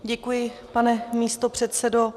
Děkuji, pane místopředsedo.